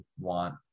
want